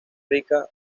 rica